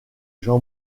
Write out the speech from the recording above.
jean